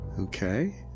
Okay